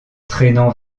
traînant